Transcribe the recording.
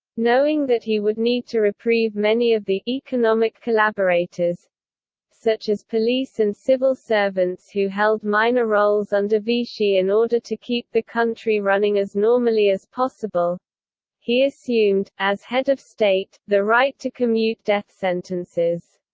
knowing that he would need to reprieve many of the economic collaborators' such as police and civil servants who held minor roles under vichy in order to keep the country running as normally as possible he assumed, as head of state, state, the right to commute death sentences.